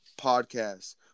Podcast